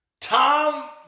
Tom